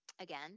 again